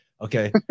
Okay